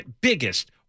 biggest